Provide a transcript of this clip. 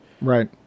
Right